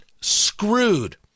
screwed